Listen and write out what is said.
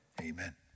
Amen